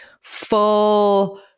full